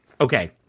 Okay